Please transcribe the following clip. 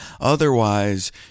otherwise